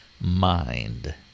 mind